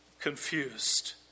confused